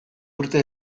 urte